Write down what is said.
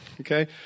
Okay